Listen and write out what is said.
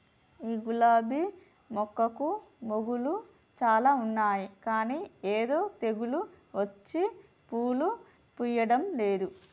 ఈ గులాబీ మొక్కకు మొగ్గలు చాల ఉన్నాయి కానీ ఏదో తెగులు వచ్చి పూలు పూయడంలేదు